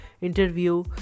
interview